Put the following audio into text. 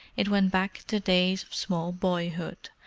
it went back to days of small-boyhood,